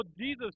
Jesus